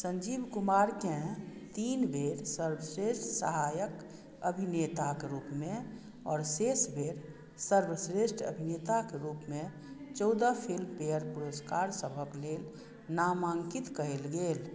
सञ्जीव कुमारकेँ तीन बेर सर्वश्रेष्ठ सहायक अभिनेताक रूपमे आओर शेष बेर सर्वश्रेष्ठ अभिनेताके रूपमे चौदह फिल्मफेअर पुरस्कार सभक लेल नामाङ्कित कयल गेल